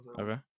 Okay